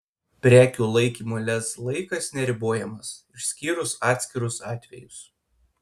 prekių laikymo lez laikas neribojamas išskyrus atskirus atvejus